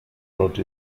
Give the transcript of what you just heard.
note